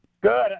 Good